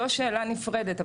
זאת שאלה נפרדת.